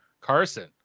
Carson